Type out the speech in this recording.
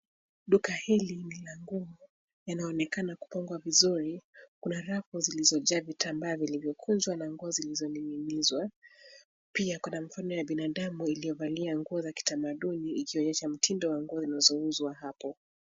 Duka hili ni la nguo inaonekana kupangwa vizuri. Kuna rafu zilizojaa vitambaa vilivyokuzwa na nguo zilizoninizwa, pia kuna mfano ya binadamu iliovalia nguo za kitamaduni ikionesha mtindo wa nguo zilizouuzwa hapo.